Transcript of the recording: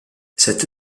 cette